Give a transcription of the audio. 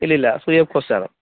ഇല്ല ഇല്ല free of cost ആണ്